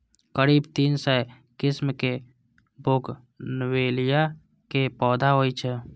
करीब तीन सय किस्मक बोगनवेलिया के पौधा होइ छै